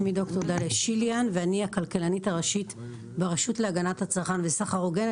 שמי ד"ר דליה שיליאן ואני הכלכלנית הראשית ברשות להגנת הצרכן וסחר הוגן.